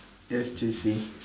yes juicy